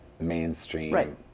mainstream